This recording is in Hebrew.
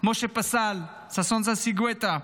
משה פסל וששון ששי גואטה,